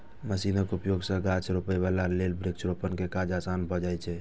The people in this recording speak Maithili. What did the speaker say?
मशीनक उपयोग सं गाछ रोपै बला लेल वृक्षारोपण के काज आसान भए जाइ छै